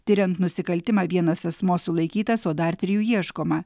tiriant nusikaltimą vienas asmuo sulaikytas o dar trijų ieškoma